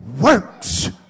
works